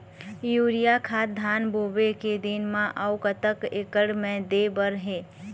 Urea खाद धान बोवे के दिन म अऊ कतक एकड़ मे दे बर हे?